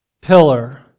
pillar